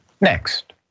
next